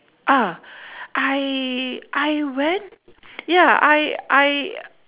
ah I I went ya I I